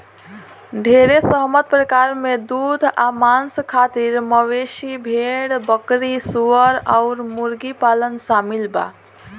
ढेरे सहमत प्रकार में दूध आ मांस खातिर मवेशी, भेड़, बकरी, सूअर अउर मुर्गी पालन शामिल बा